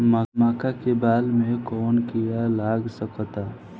मका के बाल में कवन किड़ा लाग सकता?